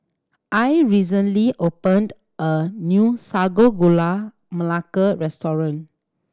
Al recently opened a new Sago Gula Melaka restaurant